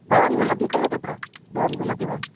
भवान् मिलति खलु तत्र भवान् मिलति वा